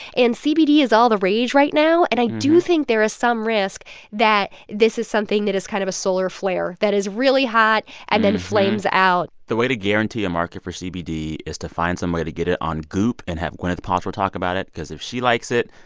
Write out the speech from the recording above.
and cbd is all the rage right now. and i do think there is some risk that this is something that is kind of a solar flare that is really hot and then flames out the way to guarantee a market for cbd is to find some way to get it on goop and have gwyneth paltrow talk about it because if she likes it,